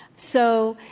so,